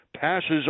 passes